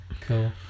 Cool